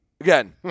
Again